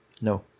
no